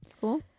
Cool